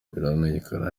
ntibiramenyekana